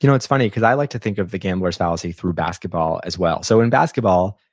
you know it's funny, cause i like to think of the gambler's fallacy through basketball as well. so in basketball,